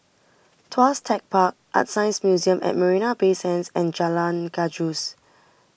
Tuas Tech Park ArtScience Museum at Marina Bay Sands and Jalan Gajus